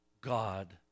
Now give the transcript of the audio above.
God